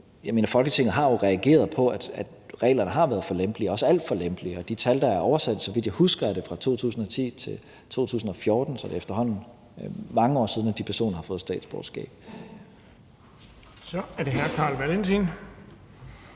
Folketinget har jo reageret på, at reglerne har været for lempelige, også alt for lempelige, og de tal, der er oversendt, er, så vidt jeg husker, fra 2010 til 2014, så det er efterhånden mange år siden, at de personer har fået statsborgerskab. Kl. 15:39 Den fg.